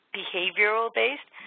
behavioral-based